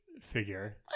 figure